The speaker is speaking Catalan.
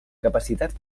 capacitat